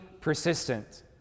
persistent